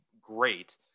great